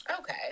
Okay